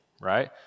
Right